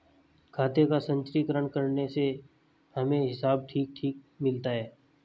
खाते का संचीकरण करने से हमें हिसाब ठीक ठीक मिलता है